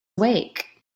awake